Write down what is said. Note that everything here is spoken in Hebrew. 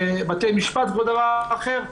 מבתי המשפט או כל דבר אחר,